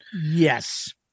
yes